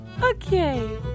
Okay